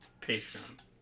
Patreon